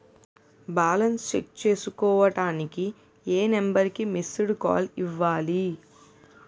Balance check చేసుకోవటానికి ఏ number కి మిస్డ్ కాల్ ఇవ్వాలి?